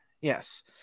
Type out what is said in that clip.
Yes